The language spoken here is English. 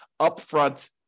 upfront